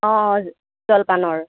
অঁ জলপানৰ